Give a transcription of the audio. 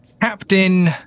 Captain